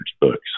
books